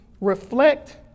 reflect